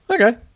Okay